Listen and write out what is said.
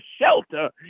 shelter